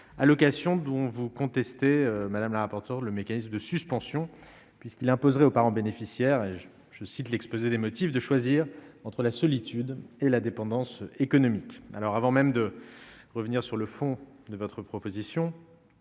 allocations dont vous contestez madame la rapporteure, le mécanisme de suspension puisqu'il imposerait au parent bénéficiaire et je je cite l'exposé des motifs de choisir entre la solitude et la dépendance économique alors avant même de revenir sur le fond de votre proposition,